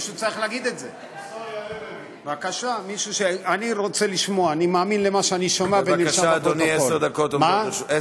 בבקשה, אדוני, עשר דקות עומדות לרשותך.